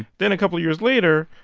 then a couple of years later,